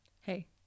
Hey